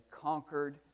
conquered